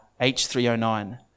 H309